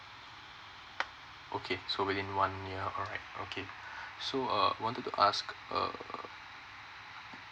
okay so within one year alright okay so uh I wanted to ask uh